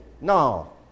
No